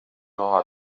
auras